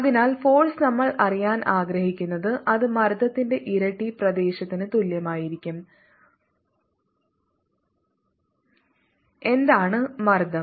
അതിനാൽ ഫോഴ്സ് നമ്മൾ അറിയാൻ ആഗ്രഹിക്കുന്നത് അത് മർദ്ദത്തിന്റെ ഇരട്ടി പ്രദേശത്തിന് തുല്യമായിരിക്കും എന്താണ് മർദ്ദം